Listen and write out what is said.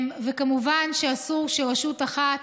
וכמובן, אסור שרשות אחת